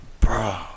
Bro